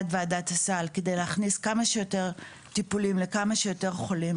של ועדת הסל כדי להכניס כמה שיותר טיפולים לכמה שיותר חולים.